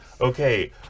Okay